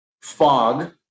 fog